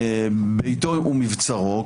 ביתו ומבצרו,